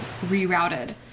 rerouted